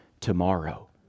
tomorrow